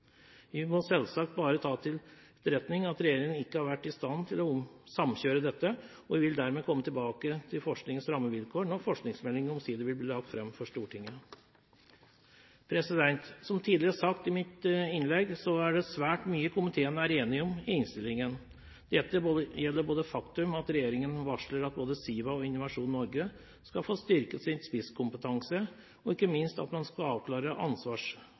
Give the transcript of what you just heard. Vi må selvsagt bare ta til etterretning at regjeringen ikke har vært i stand til å samkjøre dette, og vi vil dermed komme tilbake til forskningens rammevilkår når forskningsmeldingen omsider vil bli lagt fram for Stortinget. Som tidligere sagt i mitt innlegg, er det svært mye komiteen er enig om i innstillingen. Dette gjelder både det faktum at regjeringen varsler at både SIVA og Innovasjon Norge skal få styrket sin spisskompetanse, og – ikke minst – at man skal avklare